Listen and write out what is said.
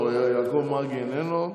יעקב מרגי, איננו.